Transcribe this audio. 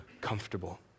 comfortable